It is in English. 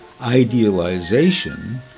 Idealization